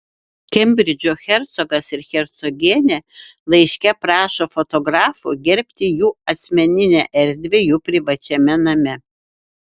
kembridžo hercogas ir hercogienė laiške prašo fotografų gerbti jų asmeninę erdvę jų privačiame name